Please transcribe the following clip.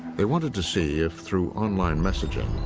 they wanted to see if, through online messaging,